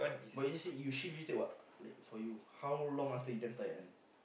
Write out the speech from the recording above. but you see you shift you take what like for you how long until you damn tired one